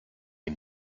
ihn